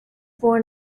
born